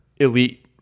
elite